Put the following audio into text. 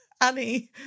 Annie